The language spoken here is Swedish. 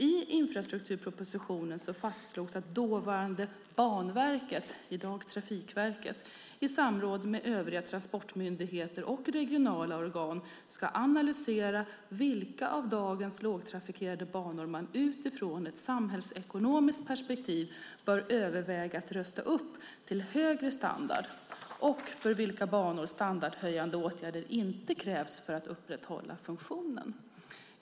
I infrastrukturpropositionen fastslogs att dåvarande Banverket, i dag Trafikverket, i samråd med övriga transportmyndigheter och regionala organ ska analysera vilka av dagens lågtrafikerade banor man utifrån ett samhällsekonomiskt perspektiv bör överväga att rusta upp till högre standard och för vilka banor standardhöjande åtgärder inte krävs för att upprätthålla funktionen.